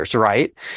right